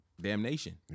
damnation